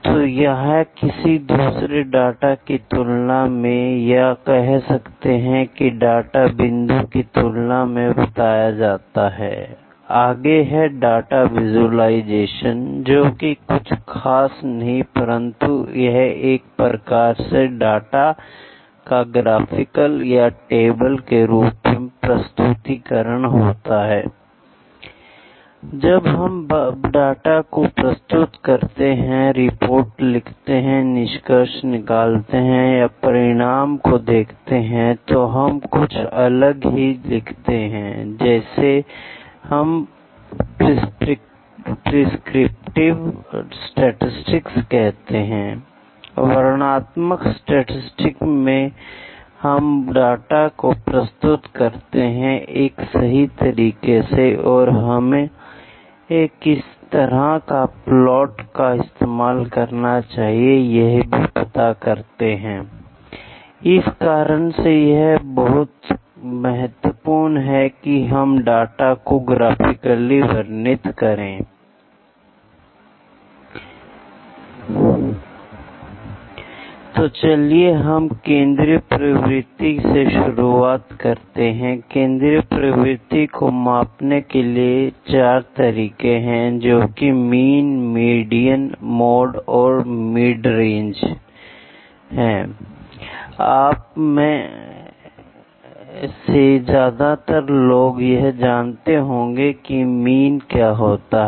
तो यह किसी दूसरे डाटा की तुलना में या कह सकता हूं कि डाटा बिंदु की तुलना में बताया जाता है I आगे है डाटा विजुलाइजेशन जो कि कुछ खास नहीं परंतु यह एक प्रकार से डाटा का ग्राफिकल या टेबल के रूप में प्रस्तुतीकरण होता है I जब हम डाटा को प्रस्तुत करते हैं रिपोर्ट लिखते हैं निष्कर्ष निकालते हैं या परिणाम को देखते हैं तो हम कुछ अलग ही लिखते हैं जिसे हम प्रिसक्रिप्टिव स्टैटिसटिक्स कहते हैं I वर्णनात्मक स्टैटिसटिक्स में हम डाटा को प्रस्तुत करते हैं एक सही तरीके से और हमें किस तरह का प्लॉट का इस्तेमाल करना चाहिए यह भी पता करते हैं I इस कारण से यह बड़ा महत्वपूर्ण है कि हम डाटा को ग्राफिकली वर्णित करें I तो चलिए हम केंद्रीय प्रवृत्ति से शुरुआत करते हैं केंद्रीय प्रवृत्ति को मापने के 4 तरीके हैं I जोकि हैं मीन मीडियन मोड और मिडरेंज I आप में से ज्यादातर लोग यह जानते होंगे कि मीन क्या होता है